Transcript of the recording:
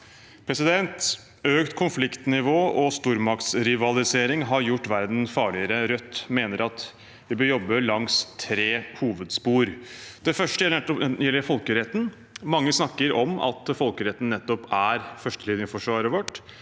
Økt konfliktnivå og stormaktsrivalisering har gjort verden farligere. Rødt mener at vi bør jobbe langs tre hovedspor. Det første gjelder folkeretten. Mange snakker om at folkeretten nettopp er førstelinjeforsvaret vårt.